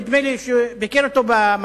נדמה לי שביקר אותו במעצר.